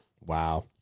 wow